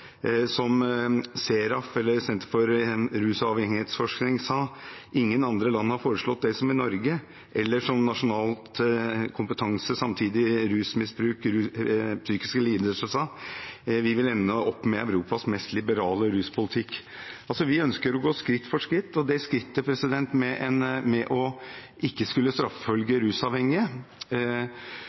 Senter for rus- og avhengighetsforskning, SERAF, sa: Ingen andre land har foreslått det som i Norge. Nasjonal kompetansetjeneste for samtidig rusmisbruk og psykisk lidelse sa: Vi vil ende opp med Europas mest liberale ruspolitikk. Vi ønsker å gå skritt for skritt, og det skrittet med ikke å skulle